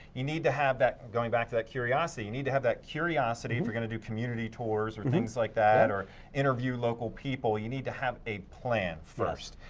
you need to have that, i'm going back to that curiosity, you need to have that curiosity if you're gonna do community tours or things like that or interview local people, you need to have a plan first.